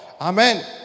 amen